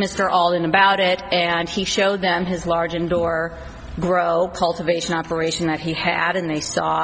d mr all in about it and he showed them his large indoor grow cultivation operation that he had and they saw